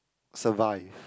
survive